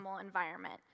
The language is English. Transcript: environment